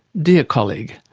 dear colleague,